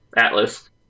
Atlas